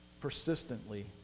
persistently